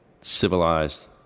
civilized